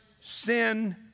sin